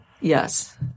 Yes